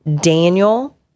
Daniel